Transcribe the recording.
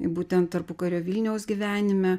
būtent tarpukario vilniaus gyvenime